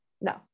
No